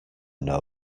know